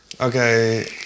Okay